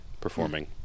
performing